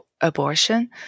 abortion